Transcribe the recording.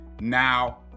Now